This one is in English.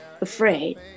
afraid